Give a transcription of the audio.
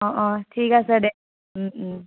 অ অ ঠিক আছে দে ও ও